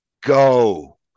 go